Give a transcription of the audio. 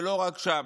ולא רק שם,